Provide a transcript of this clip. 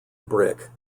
brick